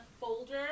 folder